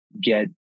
get